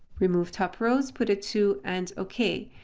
remove top rows, put a two and ok.